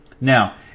Now